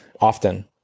often